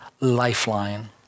lifeline